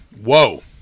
whoa